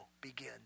begin